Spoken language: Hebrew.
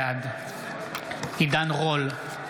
בעד עידן רול,